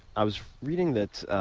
i was reading that